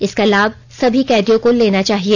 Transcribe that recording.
इसका लाभ सभी कैदियों को लेना चाहिए